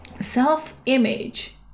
self-image